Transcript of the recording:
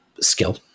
skill